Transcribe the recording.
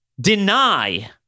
deny